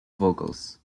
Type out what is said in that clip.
vocals